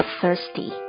thirsty